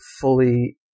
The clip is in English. fully